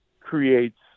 creates